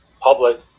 public